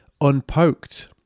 unpoked